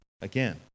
again